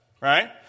Right